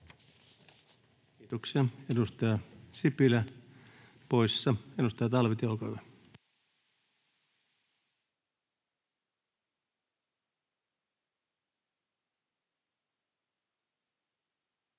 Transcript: Kiitoksia. — Edustaja Sipilä poissa. — Edustaja Talvitie, olkaa hyvä.